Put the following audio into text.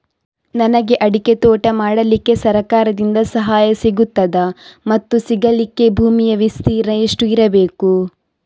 ನನಗೆ ಅಡಿಕೆ ತೋಟ ಮಾಡಲಿಕ್ಕೆ ಸರಕಾರದಿಂದ ಸಹಾಯ ಸಿಗುತ್ತದಾ ಮತ್ತು ಸಿಗಲಿಕ್ಕೆ ಭೂಮಿಯ ವಿಸ್ತೀರ್ಣ ಎಷ್ಟು ಇರಬೇಕು?